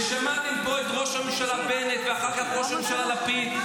ושמעתם פה את ראש הממשלה בנט ואחר כך ראש הממשלה לפיד,